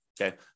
okay